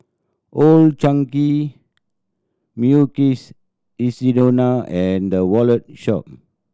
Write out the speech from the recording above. Old Chang Kee Mukshidonna and The Wallet Shop